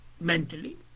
mentally